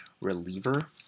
reliever